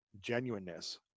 genuineness